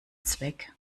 zweck